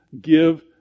give